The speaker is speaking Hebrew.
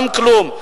שום כלום.